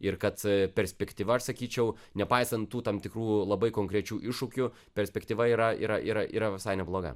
ir kad perspektyva aš sakyčiau nepaisant tam tikrų labai konkrečių iššūkių perspektyva yra yra yra yra visai nebloga